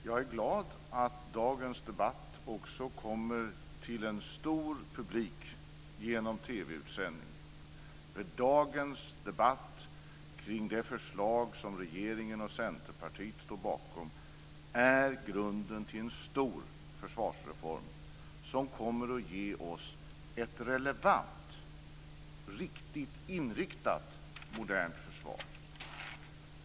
Fru talman! Jag är glad att dagens debatt också kommer ut till en stor publik genom TV utsändningen. Dagens debatt kring det förslag som regeringen och Centerpartiet står bakom är grunden till en stor försvarsreform, som kommer att ge oss ett relevant, riktigt inriktat modernt försvar.